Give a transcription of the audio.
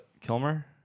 Kilmer